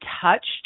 touched